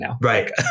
right